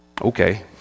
Okay